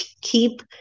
keep